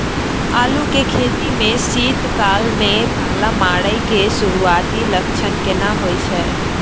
आलू के खेती में शीत काल में पाला मारै के सुरूआती लक्षण केना होय छै?